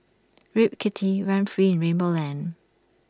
Rip Kitty run free in rainbow land